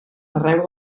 arreu